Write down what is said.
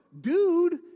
dude